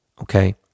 Okay